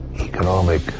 economic